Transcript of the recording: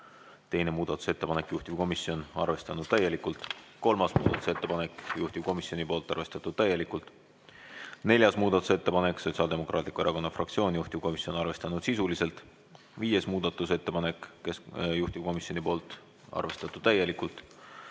Teine muudatusettepanek, juhtivkomisjon on arvestanud täielikult. Kolmas muudatusettepanek, juhtivkomisjonilt, arvestatud täielikult. Neljas muudatusettepanek, esitanud Sotsiaaldemokraatliku Erakonna fraktsioon, juhtivkomisjon on arvestanud sisuliselt. Viies muudatusettepanek on juhtivkomisjonilt ja arvestatud täielikult.